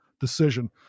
decision